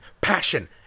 Passion